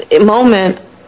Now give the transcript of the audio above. moment